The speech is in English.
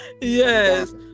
Yes